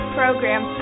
program